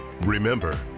Remember